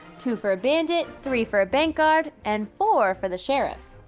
two for a bandit, three for a bank guard, and four for the sheriff.